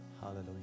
Hallelujah